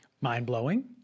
mind-blowing